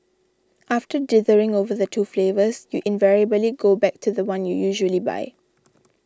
after dithering over the two flavours you invariably go back to the one you usually buy